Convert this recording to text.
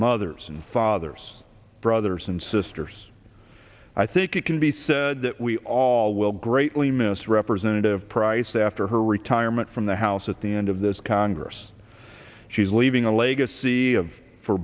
mothers and fathers brothers and sisters i think it can be said that we all will greatly missed representative price after her retirement from the house at the end of this congress she's leaving a legacy of for